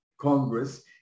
Congress